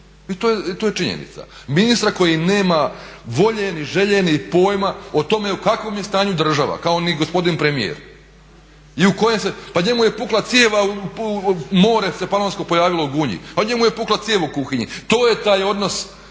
I to je činjenica. Ministra koji nema volje ni želje ni pojma o tome u kakvom je stanju država, kao ni gospodin premijer. Pa njemu je pukla cijev a more se Panonsko pojavilo u Gunji, a njemu je pukla cijev u kuhinji. To je taj odnos